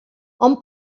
hom